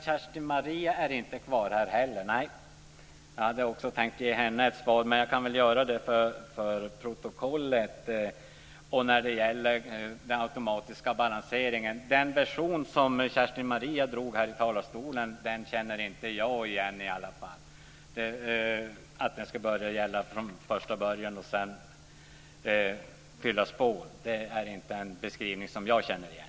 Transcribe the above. Kerstin-Maria Stalin är inte kvar här. Jag hade tänkt ge henne ett svar också. Jag kan väl göra det för protokollet i stället. Det gäller den automatiska balanseringen. Jag känner inte igen den version som Kerstin-Maria Stalin tog upp här i talarstolen om att detta ska börja gälla från första början och sedan fyllas på. Det är inte en beskrivning som jag känner igen.